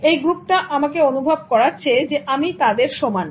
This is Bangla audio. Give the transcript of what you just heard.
এই গ্রুপ টা আমাকে অনুভব করাচ্ছে যে আমি তাদের সমান